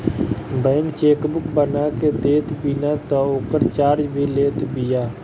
bank chequebook बना के देत बिया तअ ओकर चार्ज भी लेत बिया